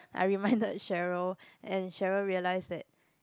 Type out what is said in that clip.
I reminded Cheryl and Cheryl realised that